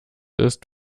ist